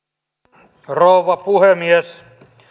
arvoisa rouva puhemies